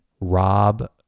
Rob